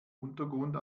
untergrund